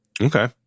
Okay